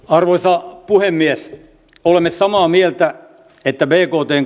arvoisa puhemies olemme samaa mieltä että bktn